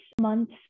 month's